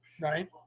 right